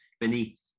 beneath